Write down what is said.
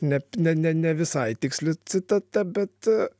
ne ne ne ne visai tiksli citata bet